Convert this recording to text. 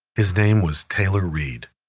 his name was taylor reid.